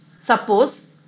Suppose